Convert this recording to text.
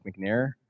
McNair